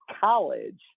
college